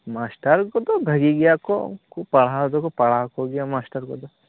master ᱠᱚᱫᱚ ᱵᱷᱟᱜᱮ ᱜᱮᱭᱟ ᱠᱚ ᱩᱱᱠᱩ ᱯᱟᱲᱦᱟᱣ ᱫᱚᱠᱚ ᱯᱟᱲᱦᱟᱣ ᱠᱚᱜᱮᱭᱟ ᱢᱟᱥᱴᱟᱨ ᱠᱚᱫᱚ